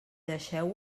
deixeu